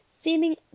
seeming